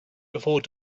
before